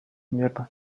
мирных